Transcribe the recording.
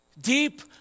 Deep